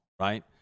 right